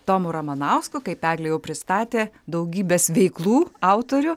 tomu ramanausku kaip eglė jau pristatė daugybės veiklų autorių